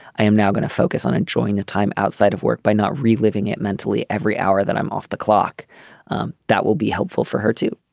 i am now going to focus on enjoying the time outside of work by not reliving it mentally every hour that i'm off the clock that will be helpful for her too.